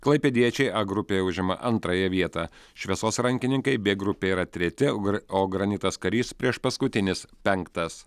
klaipėdiečiai a grupėje užima antrąją vietą šviesos rankininkai b grupėje yra treti o granitas karys priešpaskutinis penktas